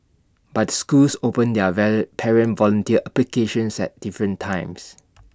but the schools open their parent volunteer applications at different times